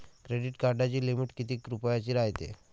Credit कार्डाची limit कितीक रुपयाची रायते?